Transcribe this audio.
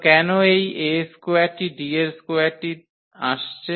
তো কেন এই A স্কোয়ারটি D স্কোয়ারটি আসছে